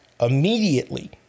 immediately